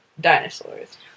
dinosaurs